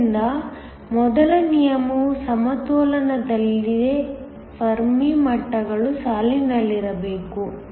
ಆದ್ದರಿಂದ ಮೊದಲ ನಿಯಮವು ಸಮತೋಲನದಲ್ಲಿದೆ ಫೆರ್ಮಿ ಮಟ್ಟಗಳು ಸಾಲಿನಲ್ಲಿರಬೇಕು